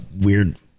weird